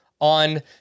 on